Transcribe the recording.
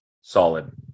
Solid